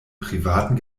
privaten